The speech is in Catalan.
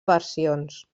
versions